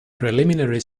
preliminary